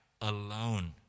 alone